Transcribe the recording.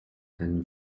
ein